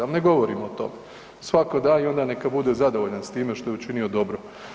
Ali ne govorimo o tome, svatko da i onda neka bude zadovoljan s time što je učinio dobro.